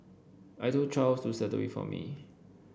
I told Charles to settle it for me